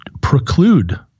preclude